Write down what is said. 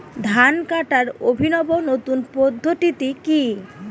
ধান কাটার অভিনব নতুন পদ্ধতিটি কি?